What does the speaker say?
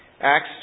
Acts